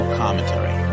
commentary